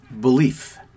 belief